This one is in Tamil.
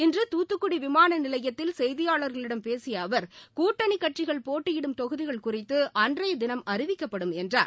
இன்று தூத்துக்குடி விமாள நிலையத்தில் செய்தியாளர்களிடம் பேசிய அவர் கூட்டணிக் கட்சிகள் போட்டியிடும் தொகுதிகள் குறித்து அன்றைய தினம் அறிவிக்கப்படும் என்றார்